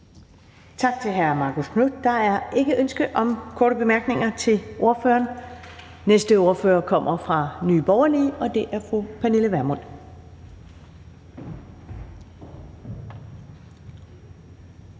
Tak til hr. Marcus Knuth. Der er ikke ønske om korte bemærkninger til ordføreren. Næste ordfører kommer fra Nye Borgerlige, og det er fru Pernille Vermund.